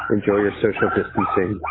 enjoy your social distancing.